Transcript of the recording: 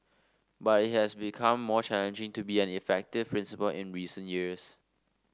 but it has become more challenging to be an effective principal in recent years